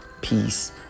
peace